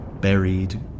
buried